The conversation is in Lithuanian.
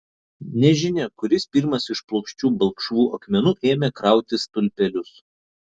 nežinia kuris pirmas iš plokščių balkšvų akmenų ėmė krauti stulpelius